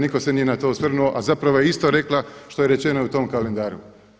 Nitko se nije na to osvrnuo, a zapravo je isto rekla što je rečeno u tom kalendaru.